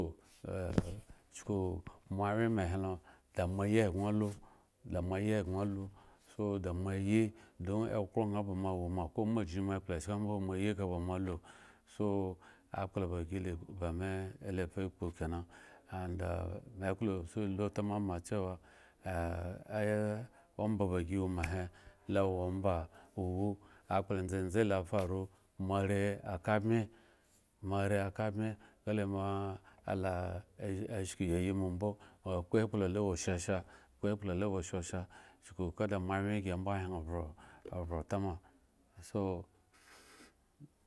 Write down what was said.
chuku amoawyen helon da ayi egŋo alu da moayi egŋo alu, da moayi don okhro ŋha mbo ba moawo ma, ko moazhiŋ mo ekplo chken ambo moayi ekpla ba moalu, so akpla gi lef ba me laefa kpo kena and that me klo se lu tamama chewa omba ba gi wo mahe lo wo omba iwu akpla ndzendze la faru, moare aka bmye, moare akambmye nga le moa ala shki iyieyi mo-mbo moakpo ekpla la wo shasha moakpla ekpla la wo shasha chuku ka da moawyen gi mbo hyen vho ovhrotama.